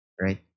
Right